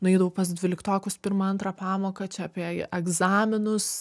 nueidavau pas dvyliktokus pirmą antrą pamoką čia apie egzaminus